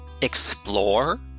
explore